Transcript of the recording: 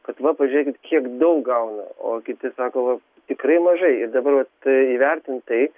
kad va pažiūrėkit kiek daug gauna o kiti sako va tikrai mažai ir dabar tai įvertint tai